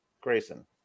Grayson